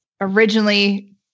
originally